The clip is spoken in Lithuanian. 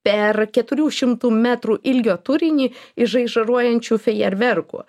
per keturių šimtų metrų ilgio turinį iš žaižaruojančių fejerverkų